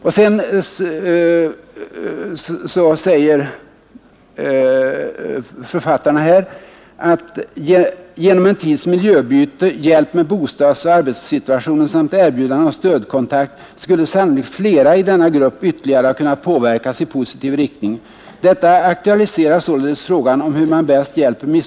Vidare skriver författarna: ”Genom en tids miljöbyte, hjälp med bostadsoch arbetssituationen samt erbjudande om stödkontakt skulle sannolikt flera i denna grupp ytterligare ha kunnat påverkas i positiv riktning.